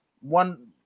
one